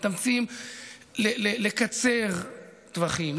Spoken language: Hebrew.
מתאמצים לקצר טווחים,